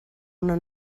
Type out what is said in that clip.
una